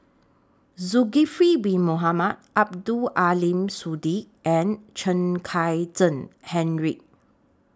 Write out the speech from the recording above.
Zulkifli Bin Mohamed Abdul Aleem Siddique and Chen Kezhan Henri